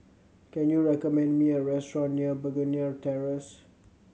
can you recommend me a restaurant near Begonia Terrace